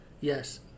yes